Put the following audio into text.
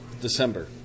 december